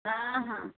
ହଁ ହଁ